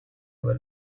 navel